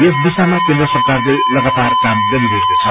यस दिशाम केन्द्र सरकारले लगातार काम गरिरहेको छ